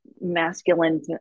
masculine